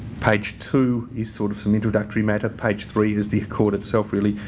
page two is sort of some introductory matter. page three is the accord itself really.